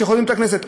בבית-הכנסת.